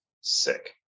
Sick